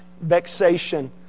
vexation